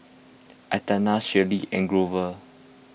Athena Shirlee and Grover